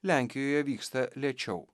lenkijoje vyksta lėčiau